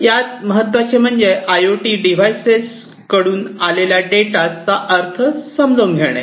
यात महत्त्वाचे म्हणजे आय ओ टी डिव्हाइसेस कडून आलेल्या डेटा चा अर्थ समजून घेणे